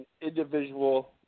individual